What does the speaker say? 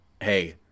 hey